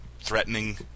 threatening